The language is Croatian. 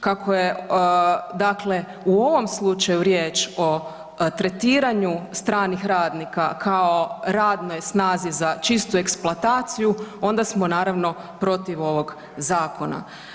Kako je, dakle u ovom slučaju riječ o tretiranju stranih radnika kao radnoj snazi za čistu eksploataciju onda smo naravno protiv ovog zakona.